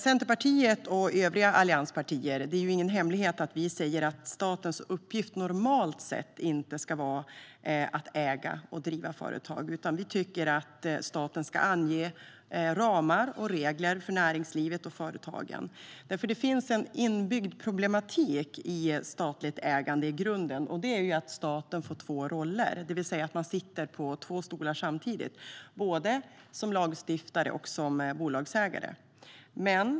Det är ingen hemlighet att Centerpartiet och övriga allianspartier säger att statens uppgift normalt sett inte ska vara att äga och driva företag, utan vi tycker att staten ska ange ramar och regler för näringslivet och företagen. Det finns en inbyggd problematik i statligt ägande i grunden. Det är att staten får två roller, det vill säga sitter på två stolar samtidigt, både som lagstiftare och som bolagsägare.